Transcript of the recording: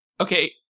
okay